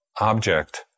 object